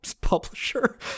publisher